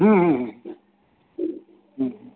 ᱦᱮᱸ ᱦᱮᱸ ᱦᱮᱸ